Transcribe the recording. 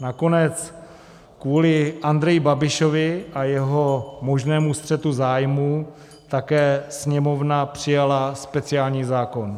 Nakonec kvůli Andreji Babišovi a jeho možnému střetu zájmů také Sněmovna přijala speciální zákon.